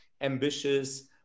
ambitious